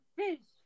fish